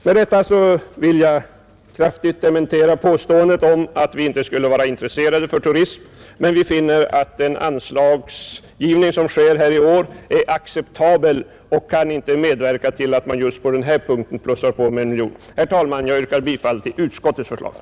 Med detta vill jag kraftigt dementera påståendet att vi inte skulle vara intresserade för turismen. Vi finner dock att den anslagsgivning som sker i år är acceptabel. Vi kan inte medverka till att på denna punkt plussa på med en miljon kronor. Herr talman! Jag ber att få yrka bifall till utskottets hemställan.